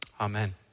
Amen